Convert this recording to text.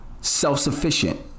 self-sufficient